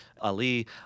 Ali